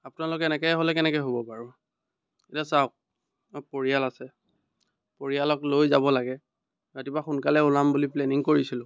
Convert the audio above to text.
আপোনালোকে এনেকৈ হ'লে কেনেকৈ হ'ব বাৰু এতিয়া চাওক পৰিয়াল আছে পৰিয়ালক লৈ যাব লাগে ৰাতিপুৱা সোনকালে ওলাম বুলি প্লেনিং কৰিছিলোঁ